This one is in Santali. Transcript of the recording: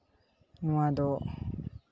ᱱᱚᱣᱟ ᱫᱚ